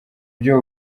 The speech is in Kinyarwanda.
byo